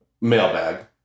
Mailbag